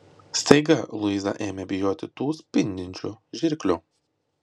staiga luiza ėmė bijoti tų spindinčių žirklių